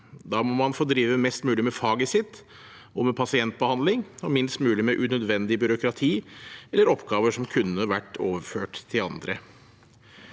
Da må man få drive mest mulig med faget sitt – og med pasientbehandling – og minst mulig med unødvendig byråkrati eller oppgaver som kunne vært overført til andre.